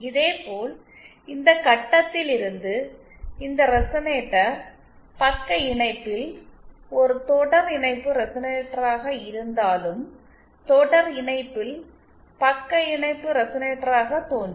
இதேபோல் இந்த கட்டத்தில் இருந்து இந்த ரெசனேட்டர் பக்க இணைப்பில் ஒரு தொடர் இணைப்பு ரெசனேட்டராக இருந்தாலும் தொடர் இணைப்பில் பக்க இணைப்பு ரெசனேட்டராக தோன்றும்